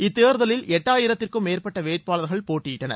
இத்தேர்தலில் எட்டாயிரத்திற்கும் மேற்பட்ட வேட்பாளர்கள் போட்டியிட்டனர்